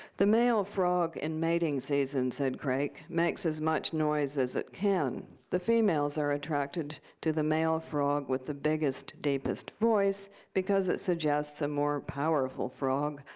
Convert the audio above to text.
the male frog in mating season said crake, makes as much noise as it can. the females are attracted to the male frog with the biggest, deepest voice because it suggests a more powerful frog,